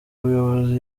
buyobozi